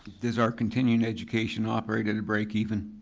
does our continuing education operate at a break even?